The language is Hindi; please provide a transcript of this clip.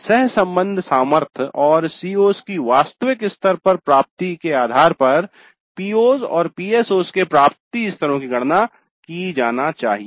सहसंबंध सामर्थ्य और CO's की वास्तविक स्तर पर प्राप्ति के आधार पर PO's और PSO's के प्राप्ति स्तरों की गणना की जानी चाहिए